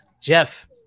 Jeff